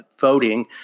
voting